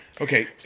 Okay